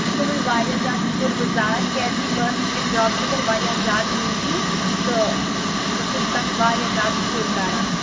أسۍ چھِ تُہُنٛد واریاہ زِیادٕ شُکُر گُزار کیٛازکہِ بہٕ ٲسٕس امہِ جاب خٲطرٕ واریاہ زیادٕ نیٖڈی تہٕ بہٕ چھَس تۄہہِ واریاہ زیادٕ شُکُر کَران